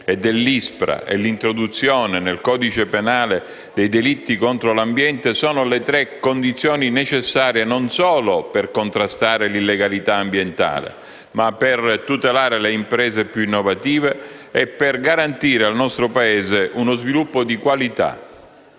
e dell'ISPRA, e l'introduzione nel codice penale dei delitti contro l'ambiente sono le tre condizioni necessarie non solo per contrastare l'illegalità ambientale, ma per tutelare le imprese più innovative e per garantire al nostro Paese uno sviluppo di qualità.